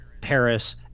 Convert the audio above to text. paris